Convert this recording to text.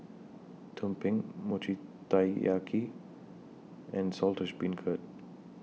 Tumpeng Mochi Taiyaki and Saltish Beancurd